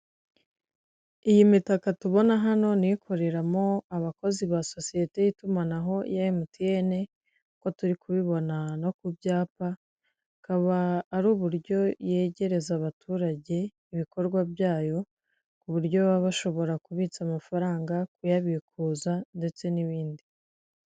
Iyi mitaka tubona hano ni ikoreramo abakozi ba sosiyete y'itumanaho ya MTN, kuko turi kubibona no ku byapa, ikaba ari uburyo yegereza abaturage ibikorwa byayo ku buryo baba bashobora kubitsa amafaranga, kuyabikuza ndetse n'ibindi.